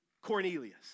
Cornelius